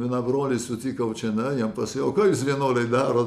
vieną brolį sutikau čionai jam pasakiau ko jūs vienodai darot